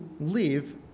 live